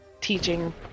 teaching